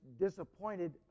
disappointed